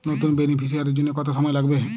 নতুন বেনিফিসিয়ারি জন্য কত সময় লাগবে?